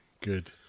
Good